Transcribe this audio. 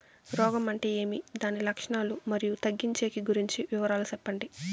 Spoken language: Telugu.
రోగం అంటే ఏమి దాని లక్షణాలు, మరియు తగ్గించేకి గురించి వివరాలు సెప్పండి?